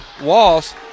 Walls